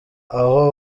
aho